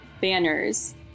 banners